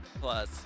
Plus